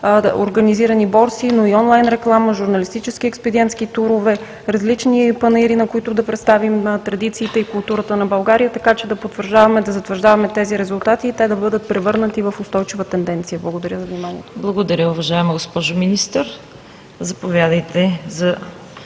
организирани борси, но и онлайн реклама, журналистически експедиентски турове, различни панаири, на които да представим традициите и културата на България, така че да потвърждаваме, да затвърждаваме тези резултати и те да бъдат превърнати в устойчива тенденция. Благодаря за вниманието. ПРЕДСЕДАТЕЛ ЦВЕТА КАРАЯНЧЕВА: Благодаря, уважаема госпожо Министър. Заповядайте за